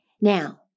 Now